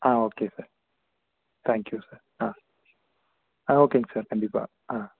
ah okay sir thank you sir ஆ ஆ ஓகேங்க சார் கண்டிப்பாக ஆ